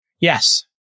Yes